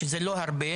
שזה לא הרבה,